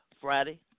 Friday